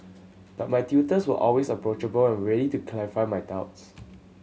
but my tutors were always approachable and ready to clarify my doubts